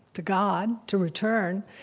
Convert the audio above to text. to god, to return,